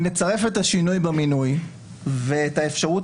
אם נצרף את השינוי במינויים ואת אפשרות